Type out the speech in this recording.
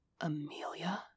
Amelia